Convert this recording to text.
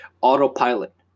autopilot